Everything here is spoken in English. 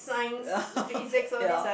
ya